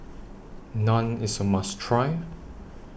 Naan IS A must Try